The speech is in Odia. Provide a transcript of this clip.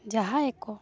ଯାହା ଏକ